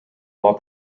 law